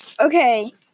Okay